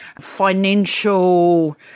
financial